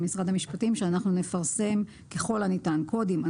משרד המשפטים שאנחנו נפרסם ככל הניתן קודים.